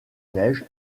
neige